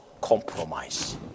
compromise